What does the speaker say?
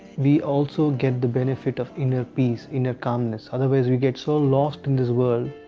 we also get the benefit of inner peace, inner calmness, otherwise we get so lost in this world,